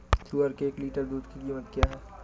सुअर के एक लीटर दूध की कीमत क्या है?